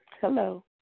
Hello